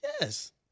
Yes